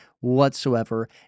whatsoever